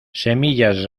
semillas